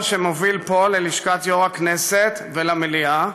שמוביל פה ללשכת יו"ר הכנסת ולמליאה,